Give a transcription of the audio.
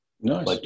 Nice